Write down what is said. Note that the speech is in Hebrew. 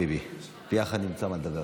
בוא, חביבי, ביחד נמצא על מה לדבר.